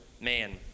man